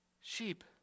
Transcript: sheep